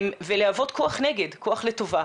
ולהוות כוח נגד, כוח לטובה.